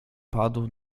padł